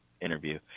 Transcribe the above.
interview